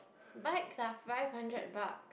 bikes are five hundred bucks